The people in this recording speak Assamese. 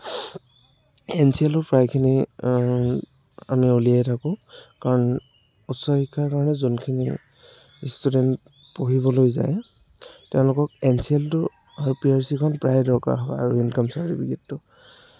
এন চি এলো প্ৰায়খিনি আমি ওলিয়াই থাকোঁ কাৰণ উচ্চ শিক্ষাৰ কাৰণে যোনখিনি ষ্টুডেণ্ট পঢ়িবলৈ যায় তেওঁলোকক এন চি এলটো আৰু পি আৰ চিখন প্ৰায়েই দৰকাৰ হয় আৰু ইনকাম চাৰ্টিফিকেটটো